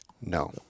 No